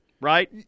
right